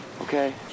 okay